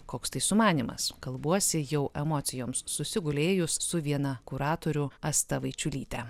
koks tai sumanymas kalbuosi jau emocijoms susigulėjus su viena kuratorių asta vaičiulyte